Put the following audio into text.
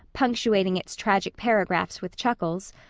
punctuating its tragic paragraphs with chuckles,